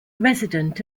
resident